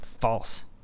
False